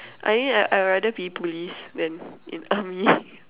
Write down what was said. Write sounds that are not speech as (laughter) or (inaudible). I mean I I rather be police than in (laughs) army